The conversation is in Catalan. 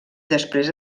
després